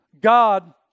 God